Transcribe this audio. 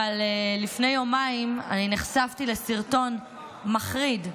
לפני יומיים אני נחשפתי לסרטון מחריד,